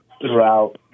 throughout